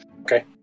Okay